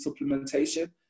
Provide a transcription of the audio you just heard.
Supplementation